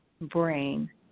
brain